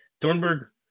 Thornburg